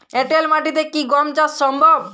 এঁটেল মাটিতে কি গম চাষ সম্ভব?